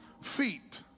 feet